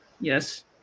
Yes